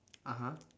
(uh huh)